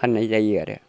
फाननाय जायो आरो